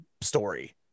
story